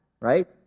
right